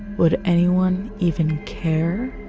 would anyone even care?